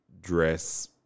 dress